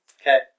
Okay